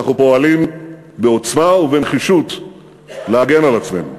אנחנו פועלים בעוצמה ובנחישות להגן על עצמנו.